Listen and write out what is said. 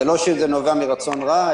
זה לא שזה נובע מרצון רע,